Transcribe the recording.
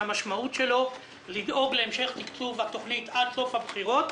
שהמשמעות שלו לדאוג להמשך תקצוב התוכנית עד סוף הבחירות,